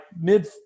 mid